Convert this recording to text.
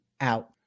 out